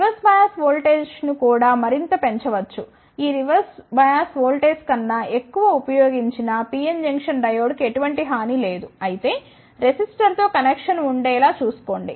reverse bias వోల్టేజ్ను కూడా మరింత పెంచవచ్చు ఈ రివర్స్ బయాస్ వోల్టేజ్ కన్నా ఎక్కువ ఉపయోగించినా PN జంక్షన్ డయోడ్కు ఎటువంటి హాని లేదు అయితే రెసిస్టర్తో కనెక్షన్ ఉండే లా చూసుకోండి